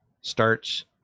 starts